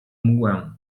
mgłę